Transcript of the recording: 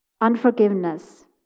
Unforgiveness